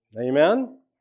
Amen